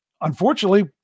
unfortunately